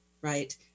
right